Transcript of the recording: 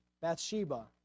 Bathsheba